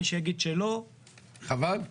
חבל.